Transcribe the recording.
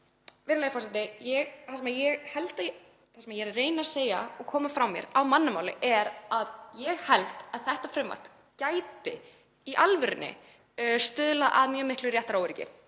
Virðulegi forseti. Það sem ég er að reyna að segja og koma frá mér á mannamáli er að ég held að þetta frumvarp gæti í alvörunni stuðlað að mjög miklu réttaróöryggi